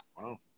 Wow